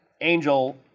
angel